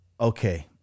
okay